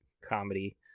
comedy